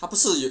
他不是也